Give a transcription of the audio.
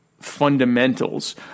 fundamentals